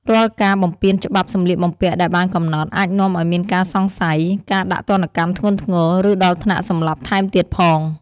រាល់ការបំពានច្បាប់សម្លៀកបំពាក់ដែលបានកំណត់អាចនាំឱ្យមានការសង្ស័យ ការដាក់ទណ្ឌកម្មធ្ងន់ធ្ងរ ឬដល់ថ្នាក់សម្លាប់ថែមទៀតផង។